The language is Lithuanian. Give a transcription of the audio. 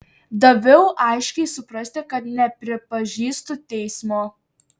daviau aiškiai suprasti kad nepripažįstu teismo